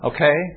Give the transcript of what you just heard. Okay